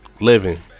Living